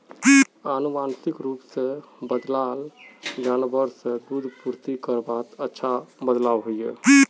आनुवांशिक रूप से बद्लाल ला जानवर से दूध पूर्ति करवात अच्छा बदलाव होइए